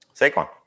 Saquon